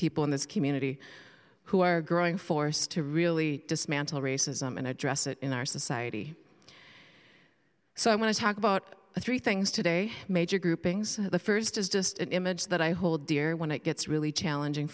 people in this community who are growing force to really dismantle racism and address it in our society so i want to talk about three things today major groupings the first is just an image that i hold dear when it gets really challenging